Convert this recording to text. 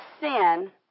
sin